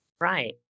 Right